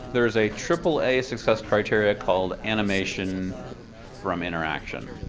there's a aaa success criterion called animation from interaction.